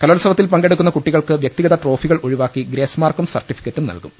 കലോത്സവത്തിൽ പങ്കെ ടുക്കുന്ന കുട്ടികൾക്ക് വൃക്തിഗത ട്രോഫികൾ ഒഴിവാക്കി ഗ്രേസ് മാർക്കും സർട്ടിഫിക്കറ്റും നൽകും